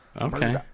Okay